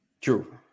True